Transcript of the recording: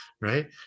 right